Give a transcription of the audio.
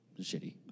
shitty